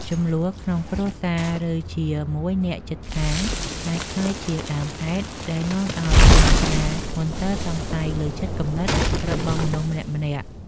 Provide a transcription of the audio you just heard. ជម្លោះក្នុងគ្រួសារឬជាមួយអ្នកជិតខាងអាចក្លាយជាដើមហេតុដែលនាំឱ្យមានការមន្ទិលសង្ស័យលើចិត្តគំនិតរបស់មនុស្សម្នាក់ៗ។